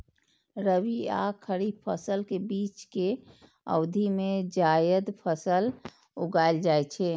रबी आ खरीफ फसल के बीच के अवधि मे जायद फसल उगाएल जाइ छै